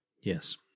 Yes